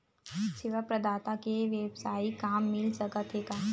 सेवा प्रदाता के वेवसायिक काम मिल सकत हे का?